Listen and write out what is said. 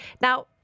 Now